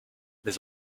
mais